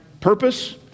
purpose